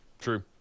true